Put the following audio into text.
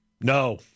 no